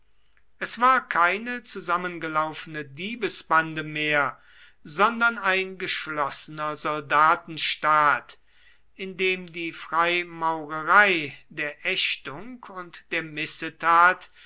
es war keine zusammengelaufene diebesbande mehr sondern ein geschlossener soldatenstaat in dem die freimaurerei der ächtung und der missetat